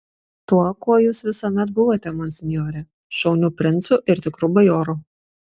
tuo kuo jūs visuomet buvote monsinjore šauniu princu ir tikru bajoru